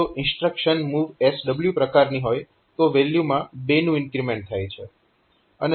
જો instruction MOVSW પ્રકારની હોય તો વેલ્યુમાં 2 નું ઇન્ક્રીમેન્ટ થાય છે